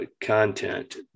content